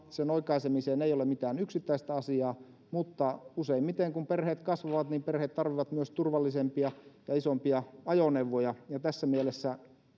sen oikaisemiseen ei ole mitään yksittäistä asiaa mutta useimmiten kun perheet kasvavat ne tarvitsevat myös turvallisempia ja isompia ajoneuvoja ja tässä mielessä